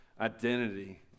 identity